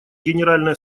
генеральной